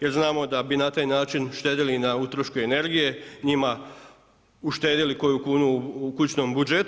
Jer znamo da bi na taj način štedili na utrošku energije, njima uštedili koju kunu u kućnom budžetu.